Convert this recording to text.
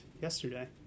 yesterday